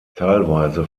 teilweise